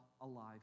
alive